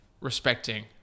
respecting